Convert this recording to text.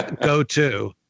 go-to